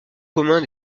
commun